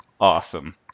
awesome